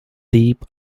deep